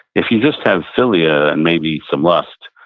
if you just have philia and maybe some lust,